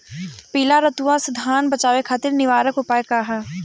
पीला रतुआ से धान बचावे खातिर निवारक उपाय का ह?